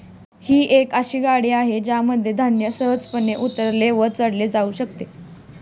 ही एक अशी गाडी आहे ज्यामध्ये धान्य सहजपणे उतरवले चढवले जाऊ शकते